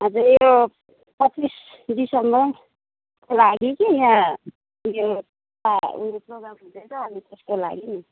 हजुर यो पच्चिस दिसम्बरको लागि कि यहाँ उयो यहाँ उयो प्रोग्राम हुँदैछ अनि त्यसको लागि नि